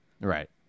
Right